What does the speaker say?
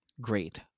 Great